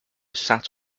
sat